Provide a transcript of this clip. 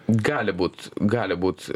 gali būt gali būt